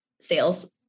sales